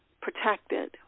protected